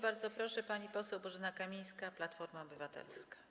Bardzo proszę, pani poseł Bożena Kamińska, Platforma Obywatelska.